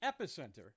epicenter